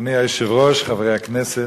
אדוני היושב-ראש, חברי הכנסת,